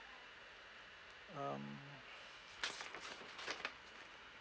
um